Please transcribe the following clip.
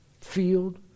field